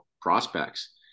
prospects